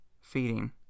feeding